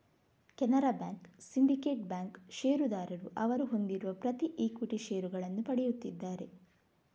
Canara bank, syndicate bank ಷೇರುದಾರರು ಅವರು ಹೊಂದಿರುವ ಪ್ರತಿ ಈಕ್ವಿಟಿ ಷೇರುಗಳನ್ನು ಪಡೆಯುತ್ತಿದ್ದಾರೆ